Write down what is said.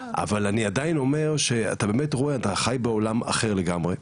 אתה חי בעולם אחר לגמרי,